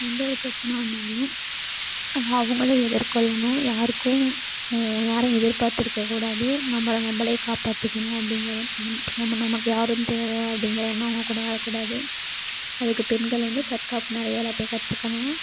எந்த ஒரு பிரச்சனை வந்தாலும் அதை அவங்களே எதிர்கொள்ளணும் யாருக்கும் யாரையும் எதிர்பார்த்து இருக்கக்கூடாது நம்மளை நம்பளே காப்பாற்றிக்கணும் அப்படிங்கிற நம் நம்ம நமக்கு யாரும் தேவை அப்படிங்கற எண்ணம் வர்றக்கூடாது அதுக்கு பெண்கள் வந்து தற்காப்பு நிறையா எல்லாத்தையும் கற்றுக்கணும்